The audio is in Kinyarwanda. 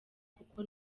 kuko